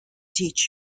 teach